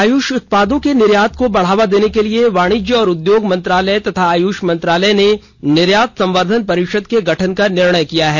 आयुष उत्पादों के निर्यात को बढ़ावा देने के लिए वाणिज्य और उद्योग मंत्रालय तथा आयुष मंत्रालय ने निर्यात संवर्दधन परिषद के गठन का निर्णय किया है